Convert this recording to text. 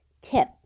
Tip